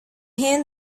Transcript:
hand